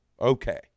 Okay